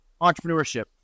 entrepreneurship